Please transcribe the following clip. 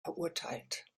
verurteilt